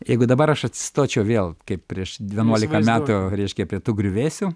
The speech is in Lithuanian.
jeigu dabar aš atsistočiau vėl kaip prieš dvienuolika metų reiškia prie tų griuvėsių